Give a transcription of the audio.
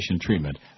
treatment